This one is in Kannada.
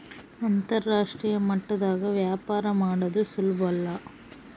ಅಂತರಾಷ್ಟ್ರೀಯ ಮಟ್ಟದಾಗ ವ್ಯಾಪಾರ ಮಾಡದು ಸುಲುಬಲ್ಲ